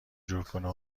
جورکنه